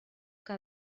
que